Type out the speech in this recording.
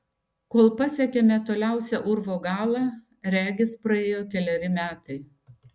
kol pasiekėme toliausią urvo galą regis praėjo keleri metai